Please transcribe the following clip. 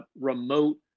remote